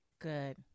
Good